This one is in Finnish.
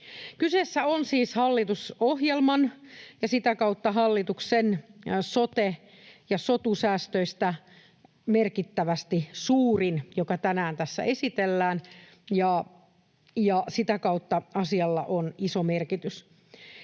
Kyseessä on siis hallitusohjelman ja sitä kautta hallituksen sote- ja sotu-säästöistä merkittävästi suurin osa, joka tänään tässä esitellään, ja sitä kautta asialla on iso merkitys.